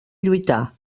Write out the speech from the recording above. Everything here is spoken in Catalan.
lluitar